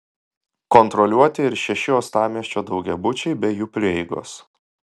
kontroliuoti ir šeši uostamiesčio daugiabučiai bei jų prieigos